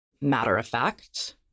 matter-of-fact